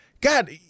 God